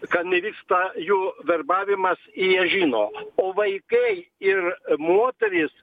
kad nevyksta jų verbavimas jie žino o vaikai ir moterys